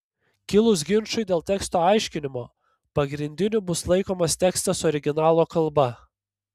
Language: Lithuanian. kilus ginčui dėl teksto aiškinimo pagrindiniu bus laikomas tekstas originalo kalba